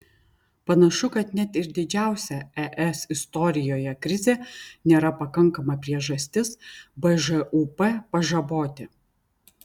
panašu kad net ir didžiausia es istorijoje krizė nėra pakankama priežastis bžūp pažaboti